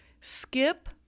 skip